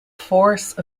force